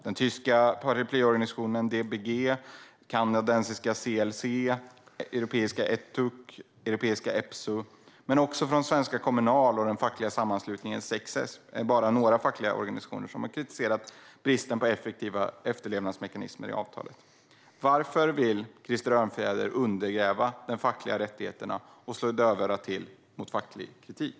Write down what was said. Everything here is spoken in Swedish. Den tyska paraplyorganisationen DGB, kanadensiska CLC, europeiska ETUC och europeiska EPSU, men också svenska Kommunal och den fackliga sammanslutningen 6F, är bara några fackliga organisationer som har kritiserat bristen på effektiva efterlevnadsmekanismer i avtalet. Varför vill Krister Örnfjäder undergräva de fackliga rättigheterna och slår dövörat till mot facklig kritik?